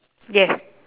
yes